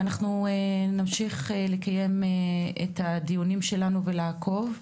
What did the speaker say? ואנחנו נמשיך לקיים את הדיונים שלנו ולעקוב.